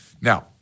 Now